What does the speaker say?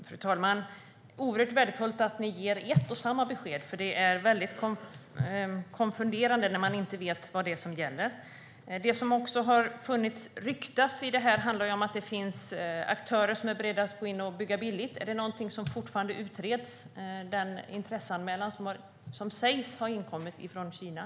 Fru talman! Det är oerhört värdefullt att ni ger ett och samma besked, för det är konfunderande när man inte vet vad som gäller. Det har också ryktats att det finns aktörer som är beredda att gå in och bygga billigt. Är den intresseanmälan som sägs ha inkommit från Kina någonting som fortfarande utreds?